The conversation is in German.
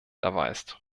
erweist